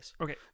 Okay